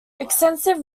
extensive